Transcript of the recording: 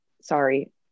sorry